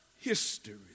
history